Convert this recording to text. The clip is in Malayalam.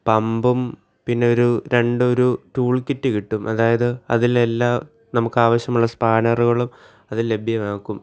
പമ്പും പിന്നെ ഒരു രണ്ട് ഒരു ടൂൾ കിറ്റ് കിട്ടും അതായത് അതിലെല്ലാം നമുക്ക് ആവിശ്യമുള്ള സ്പാനെറുകളും അതിൽ ലഭ്യമാക്കും